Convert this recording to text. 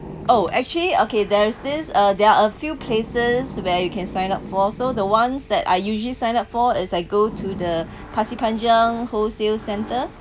oh actually okay there's this uh there are a few places where you can sign up for so the ones that I usually sign up for is I go to the Pasir Panjang wholesale centre